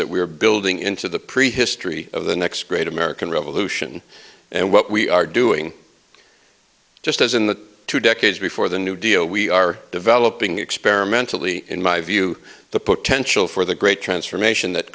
that we're building into the prehistory of the next great american revolution and what we are doing just as in the two decades before the new deal we are developing experimentally in my view the potential for the great transformation that